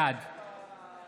בעד